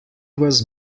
was